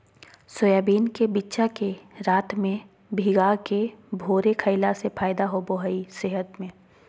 soybean के बिच्चा के रात में भिगाके भोरे खईला से फायदा होबा हइ सेहत में